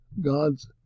God's